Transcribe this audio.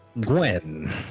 Gwen